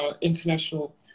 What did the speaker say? international